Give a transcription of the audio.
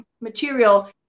material